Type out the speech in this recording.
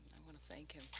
i want to thank him.